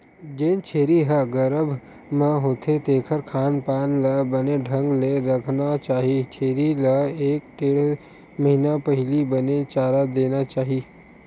जेन छेरी ह गरभ म होथे तेखर खान पान ल बने ढंग ले रखना चाही छेरी ल एक ढ़ेड़ महिना पहिली बने चारा देना चाही